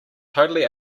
totally